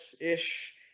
ish